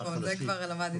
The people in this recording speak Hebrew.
כן, זה כבר למדתי.